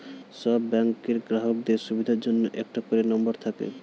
সব ব্যাংকের গ্রাহকের সুবিধার জন্য একটা করে নম্বর থাকে